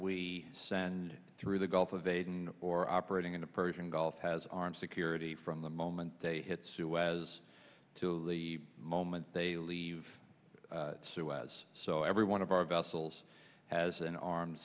we send through the gulf of aden or operating in the persian gulf has armed security from them on they hit suez to the moment they leave suez so every one of our vessels has an armed